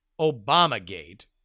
Obamagate